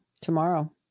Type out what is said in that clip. Tomorrow